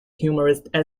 humorist